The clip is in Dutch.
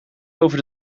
over